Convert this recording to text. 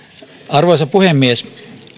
arvoisa puhemies